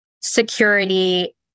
security